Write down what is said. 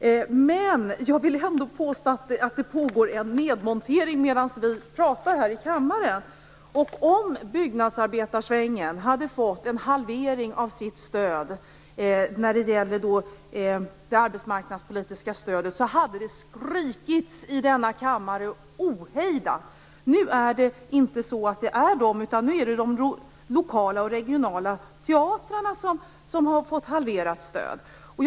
Trots allt vill jag påstå att det pågår en nedmontering medan vi pratar i denna kammare. Om byggarbetarsvängen hade fått sitt arbetsmarknadspolitiska stöd halverat skulle det ha skrikits ohejdat här i kammaren. Men nu är det inte byggarbetarna utan de lokala och regionala teatrarna som har fått sitt stöd halverat.